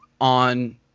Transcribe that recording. on